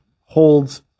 holds